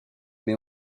met